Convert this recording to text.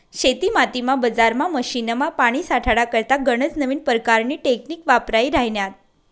शेतीमातीमा, बजारमा, मशीनमा, पानी साठाडा करता गनज नवीन परकारनी टेकनीक वापरायी राह्यन्यात